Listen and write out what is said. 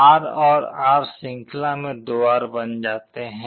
R और R श्रृंखला में 2R बन जाते हैं